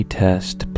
test